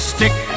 Stick